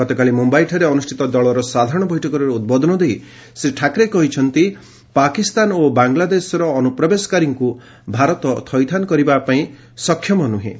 ଗତକାଲି ମୁମ୍ୟାଇଠାରେ ଅନୁଷ୍ଠିତ ଦଳର ସାଧାରଣ ବୈଠକରେ ଉଦ୍ବୋଧନ ଦେଇ ଶ୍ରୀ ଠାକ୍ରେ କହିଛନ୍ତି ପାକିସ୍ତାନ ଓ ବାଂଲାଦେଶର ଅନୁପ୍ରବେଶକାରୀଙ୍କୁ ଭାରତ ଥଇଥାନ କରିବା ପାଇଁ ସକ୍ଷମ ନ୍ରହେଁ